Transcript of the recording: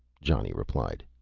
johnny replied.